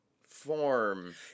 form